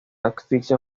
asfixia